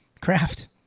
craft